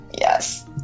yes